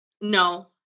No